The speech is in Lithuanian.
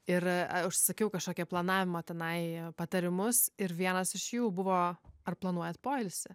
ir užsakiau kažkokią planavimo tenai patarimus ir vienas iš jų buvo ar planuojat poilsį